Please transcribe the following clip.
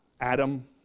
Adam